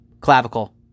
clavicle